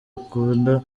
ukunda